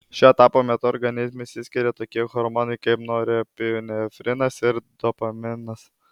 šio etapo metu organizme išsiskiria tokie hormonai kaip norepinefrinas ir dopaminas